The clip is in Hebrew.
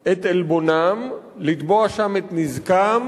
את עלבונם, לתבוע שם את נזקם,